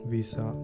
Visa